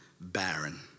barren